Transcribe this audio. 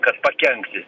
kad pakenkti